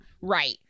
Right